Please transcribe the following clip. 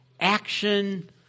Action